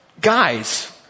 guys